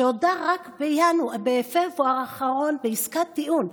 שהודה רק בפברואר האחרון בעסקת טיעון,